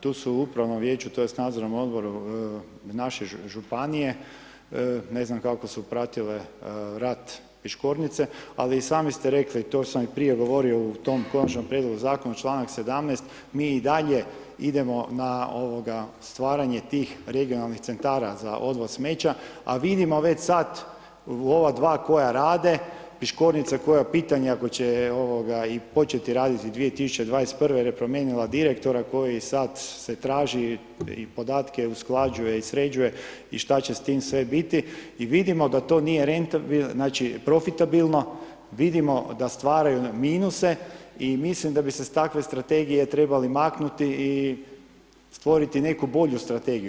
Tu su u Upravnom vijeću tj. Nadzornom odboru naše Županije, ne znam kako su pratile rad Piškornice, ali i sami ste rekli, to sam i prije govorio u tom Konačnom prijedlogu zakona, članak 17. mi i dalje idemo na stvaranje tih regionalnih centara za odvoz smeća, a vidimo već sad ova dva koja rade, Piškornica koja, pitanje ako će i početi raditi 2021. jer je promijenila direktora koji sad se traži i podatke usklađuje i sređuje i šta će s tim sve biti i vidimo da to nije profitabilno, vidimo da stvaraju minuse i mislim da bi se s takve strategije trebali maknuti i stvoriti neku bolju strategiju.